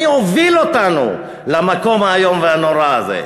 מי הוביל אותנו למקום האיום והנורא הזה?